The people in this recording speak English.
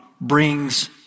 brings